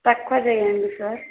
తక్కువ చెయ్యండి సార్